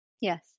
Yes